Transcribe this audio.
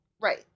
Right